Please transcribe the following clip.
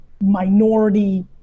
minority